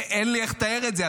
אין לי איך לתאר את זה.